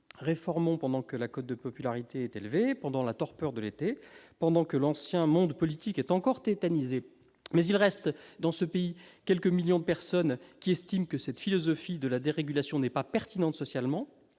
réformons pendant que la cote de popularité est élevée, pendant la torpeur de l'été, pendant que l'ancien monde politique est encore tétanisé ! Mais il reste dans ce pays quelques millions de personnes qui estiment que cette philosophie de la dérégulation n'est pas pertinente socialement